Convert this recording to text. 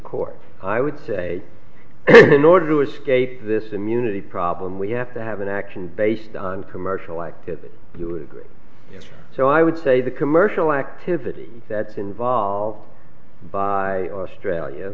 court i would say in order to escape this immunity problem we have to have an action based on commercial activity we would agree and so i would say the commercial activity that's involved by australia